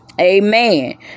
Amen